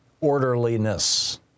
Orderliness